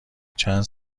چند